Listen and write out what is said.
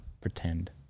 pretend